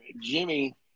Jimmy